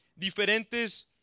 diferentes